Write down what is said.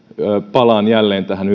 palaan jälleen tähän